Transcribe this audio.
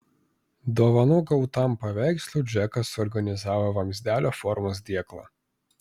dovanų gautam paveikslui džekas suorganizavo vamzdelio formos dėklą